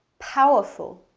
powerful